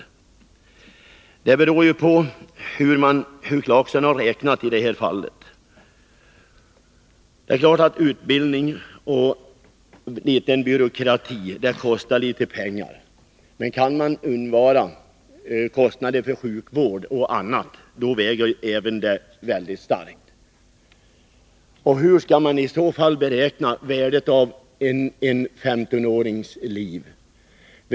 Bedömningen beror ju på hur Rolf Clarkson har räknat i detta fall. Det är klart att utbildning och viss byråkrati kostar litet pengar, men om man därigenom kan undvika kostnader för sjukvård och annat, så är det ett tungt vägande skäl för förslagen. Och hur skall man beräkna värdet av en 15-årings liv?